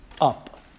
up